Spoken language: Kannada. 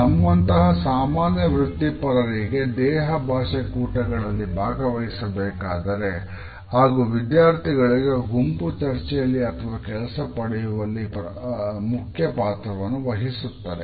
ನಮ್ಮಂತಹ ಸಾಮಾನ್ಯ ವೃತ್ತಿಪರರಿಗೆ ದೇಹ ಭಾಷೆ ಕೂಟಗಳಲ್ಲಿ ಭಾಗವಹಿಸಬೇಕಾದರೆ ಹಾಗೂ ವಿದ್ಯಾರ್ಥಿಗಳಿಗೆ ಗುಂಪು ಚರ್ಚೆಯಲ್ಲಿ ಅಥವಾ ಕೆಲಸ ಪಡೆಯುವಲ್ಲಿ ಮುಖ್ಯಪಾತ್ರವನ್ನು ವಹಿಸುತ್ತದೆ